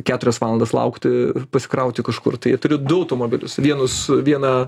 keturias valandas laukti pasikrauti kažkur tai turiu du automobilius vienus vieną